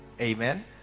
Amen